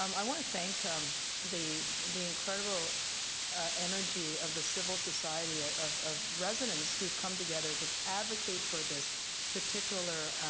um i want to thank um the the incredible energy of the civil society ah of of residence who have come together to advocates indicate for this particular